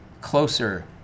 closer